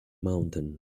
mountain